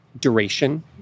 duration